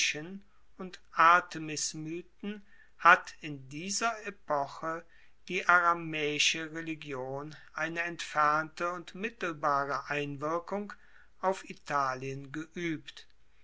und artemismythen hat in dieser epoche die aramaeische religion eine entfernte und mittelbare einwirkung auf italien geuebt